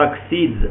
succeeds